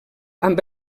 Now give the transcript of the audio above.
amb